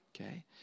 Okay